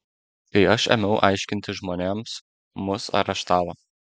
kai aš ėmiau aiškinti žmonėms mus areštavo